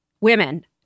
women